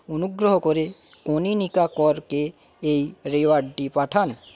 অনুগ্রহ করে কনীনিকা করকে এই রিওয়ার্ডটি পাঠান